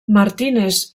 martínez